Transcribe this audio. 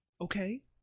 okay